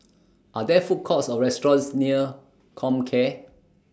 Are There Food Courts Or restaurants near Comcare